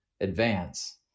advance